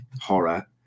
horror